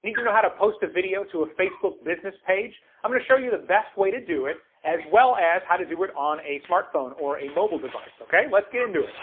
need to know how to post a video to a facebook business page? i'm going to show you the best way to do it as well as how to do it on a smartphone or a mobile device, okay? let's get into it!